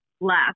left